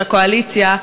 של הקואליציה,